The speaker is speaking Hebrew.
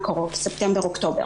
בספטמבר-אוקטובר.